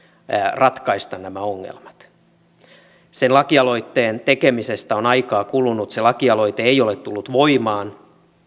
ratkaista nämä ongelmat sen lakialoitteen tekemisestä on aikaa kulunut se lakialoite ei ole tullut voimaan